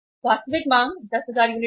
वास्तविक मांग 10000 यूनिट थी